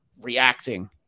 reacting